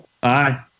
Bye